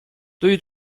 对于